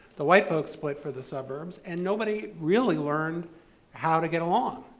the white folks split for the suburbs, and nobody really learned how to get along.